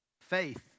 Faith